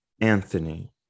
Anthony